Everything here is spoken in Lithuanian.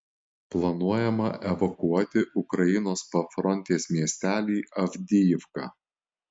planuojama evakuoti ukrainos pafrontės miestelį avdijivką